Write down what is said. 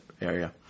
area